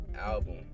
Album